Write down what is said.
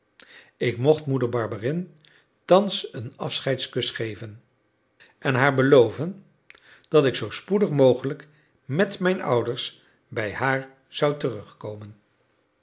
ik mocht moeder barberin thans een afscheidskus geven en haar beloven dat ik zoo spoedig mogelijk met mijn ouders bij haar zou terugkomen